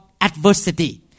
adversity